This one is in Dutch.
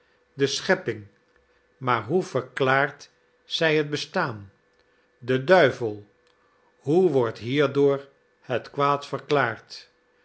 de schepping maar hoe verklaart zij het bestaan de duivel hoe wordt hierdoor het kwaad verklaard